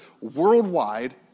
worldwide